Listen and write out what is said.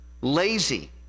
lazy